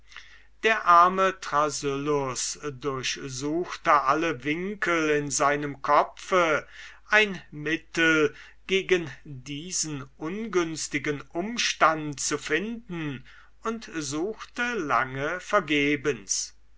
der arme thrasyllus durchsuchte alle winkel in seinem kopfe ein mittel gegen diesen ungünstigen umstand zu finden und suchte lange vergebens